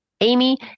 Amy